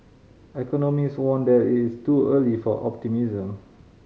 economist warned that it is too early for optimism